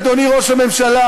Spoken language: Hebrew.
אדוני ראש הממשלה.